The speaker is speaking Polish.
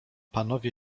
panowie